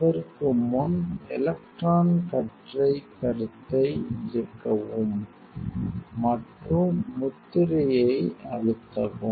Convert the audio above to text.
அதற்கு முன் எலக்ட்ரான் கற்றை கருத்தை இயக்கவும் Refer Time 2803 மற்றும் முத்திரையை அழுத்தவும்